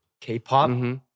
K-pop